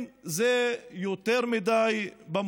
החוק הזה, נדמה, בא לפצות על חוסר